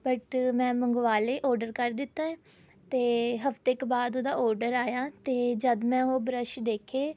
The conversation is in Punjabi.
ਬਟ ਮੈਂ ਮੰਗਵਾ ਲਏ ਓਡਰ ਕਰ ਦਿੱਤਾ ਅਤੇ ਹਫਤੇ ਕੁ ਬਾਅਦ ਉਹਦਾ ਓਡਰ ਆਇਆ ਅਤੇ ਜਦ ਮੈਂ ਉਹ ਬਰੱਸ਼ ਦੇਖੇ